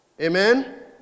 Amen